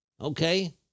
Okay